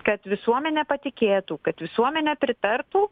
kad visuomenė patikėtų kad visuomenė pritartų